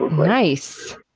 nice.